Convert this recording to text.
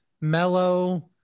mellow